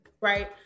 right